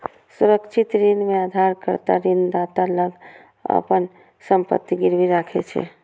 सुरक्षित ऋण मे उधारकर्ता ऋणदाता लग अपन संपत्ति गिरवी राखै छै